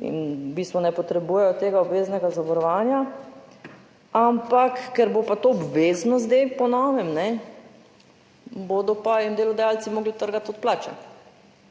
in v bistvu ne potrebujejo tega obveznega zavarovanja. Ampak ker bo to obvezno, zdaj, po novem, jim bodo pa delodajalci morali trgati od plače